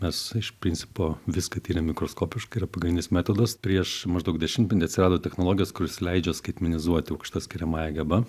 mes iš principo viską tiriam mikroskopiškai yra pagrindinis metodas prieš maždaug dešimpentį atsirado technologijos kurios leidžia skaitmenizuoti aukšta skiriamąja geba